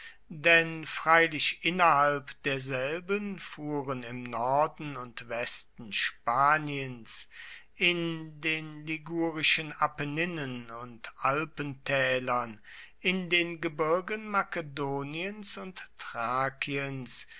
denn freilich innerhalb derselben fuhren im norden und westen spaniens in den ligurischen apenninen und alpentälern in den gebirgen makedoniens und